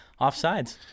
offsides